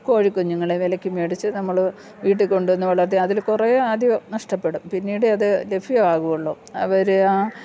കോഴിക്കുഞ്ഞുങ്ങളെ വിലയ്ക്ക് മേടിച്ചു നമ്മൾ വീട്ടിൽ കൊണ്ടൂ വന്നു വളർത്തി അതിൽ കുറേ ആദ്യം നഷ്ടപ്പെടും പിന്നീട് അത് ലഭ്യമാകുവള്ളു അവർ ആ